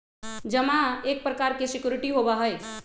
जमा एक प्रकार के सिक्योरिटी होबा हई